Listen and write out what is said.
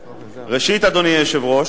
ראשית, אדוני היושב-ראש,